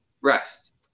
Rest